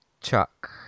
chuck